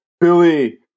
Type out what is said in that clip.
billy